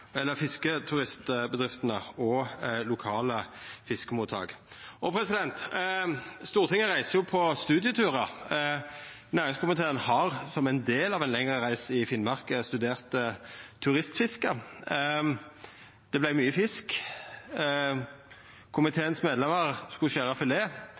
og lokale fiskemottak. Stortinget reiser på studieturar. Næringskomiteen har, som ein del av ei lengre reise i Finnmark, studert turistfisket. Det vart mykje fisk. Medlemene i komiteen skulle skjera filet. Det